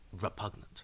repugnant